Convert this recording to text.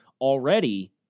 already